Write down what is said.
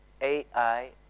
AI